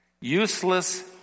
useless